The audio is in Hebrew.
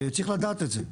צריך לדעת את זה.